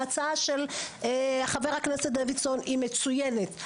ההצעה של חבר הכנסת דוידסון היא מצוינת,